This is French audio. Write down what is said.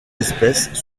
espèces